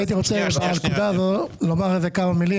הייתי רוצה לומר כמה מילים.